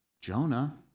Jonah